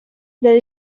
there